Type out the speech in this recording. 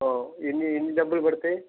ఎన్ని ఎన్ని డబ్బులు పడతాయి